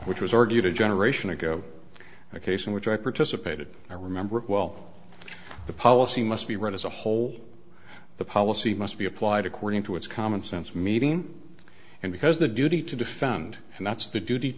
which was argued a generation ago a case in which i participated i remember well the policy must be read as a whole the policy must be applied according to its common sense meeting and because the duty to defend and that's the duty